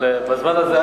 אבל בזמן הזה,